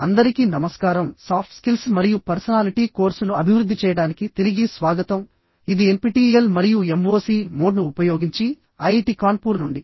అందరికీ నమస్కారంసాఫ్ట్ స్కిల్స్ మరియు పర్సనాలిటీ కోర్సును అభివృద్ధి చేయడానికి తిరిగి స్వాగతంఇది ఎన్పిటిఇఎల్ మరియు ఎంఓఓసి మోడ్ను ఉపయోగించి ఐఐటి కాన్పూర్ నుండి